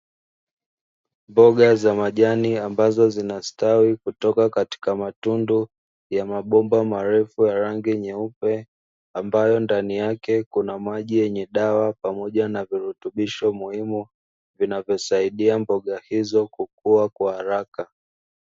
Mboga za majani ambazo zinastawi kutoka katika matundu ya mabomba marefu ya rangi nyeupe, ambayo ndani yake kuna maji yenye dawa pamoja na virutubisho muhimu, vinavyosaidia mboga hizo kukua kwa haraka.